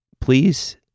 please